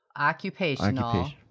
occupational